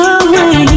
away